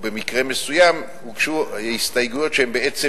במקרה מסוים הוגשו הסתייגויות שהן בעצם